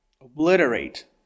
obliterate